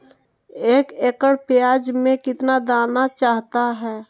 एक एकड़ प्याज में कितना दाना चाहता है?